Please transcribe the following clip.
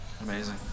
Amazing